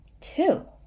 Two